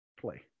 play